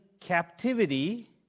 captivity